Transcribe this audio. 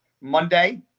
Monday